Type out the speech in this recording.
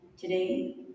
today